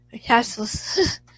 Castles